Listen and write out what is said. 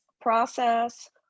process